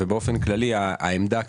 ובאופן כללי העמדה הכלכלית,